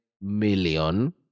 million